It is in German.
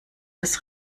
das